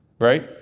right